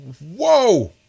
Whoa